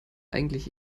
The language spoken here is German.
eigentlich